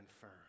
firm